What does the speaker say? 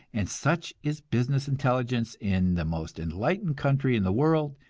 and such is business intelligence in the most enlightened country in the world,